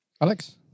Alex